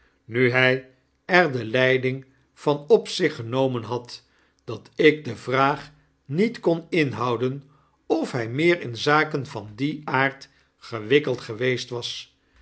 nu hij er de leiding van op zich genomen had dat ik de vraag niet kon inhouden of hg meer in zaken van dien aard gewikkeld geweest was